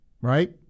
right